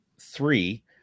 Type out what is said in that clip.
three